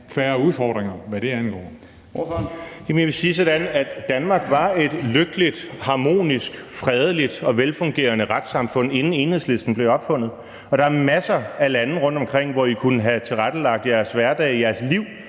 Morten Messerschmidt (DF): Jeg vil sige det sådan, at Danmark var et lykkeligt, harmonisk, fredeligt og velfungerende retssamfund, inden Enhedslisten blev opfundet, og der er masser af lande rundtomkring, hvor I kunne have tilrettelagt jeres hverdag, jeres liv